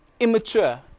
Immature